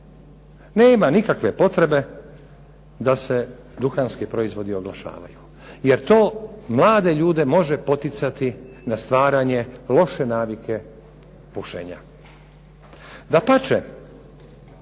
Nema nikakve potrebe da se duhanski proizvodi oglašavaju, jer to mlade ljude može poticati na stvaranje loše navike pušenja. Dapače,